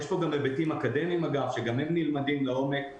יש פה גם היבטים אקדמיים שגם הם נלמדים לעומק.